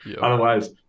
Otherwise